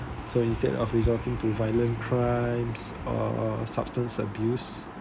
so instead of resorting to violent crimes or substance abuse